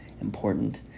important